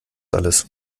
alles